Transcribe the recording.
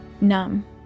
numb